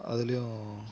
அதுலையும்